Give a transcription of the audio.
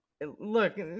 look